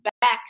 back